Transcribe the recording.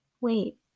wait